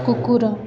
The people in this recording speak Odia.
କୁକୁର